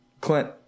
Clint